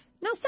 Now